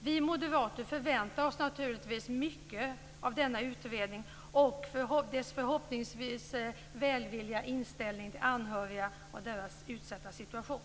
Vi moderater förväntar oss naturligtvis mycket av denna utredning och dess förhoppningsvis välvilliga inställning till anhöriga och deras utsatta situation.